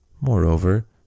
Moreover